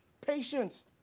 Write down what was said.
Patience